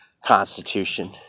Constitution